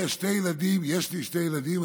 יש לי שני ילדים,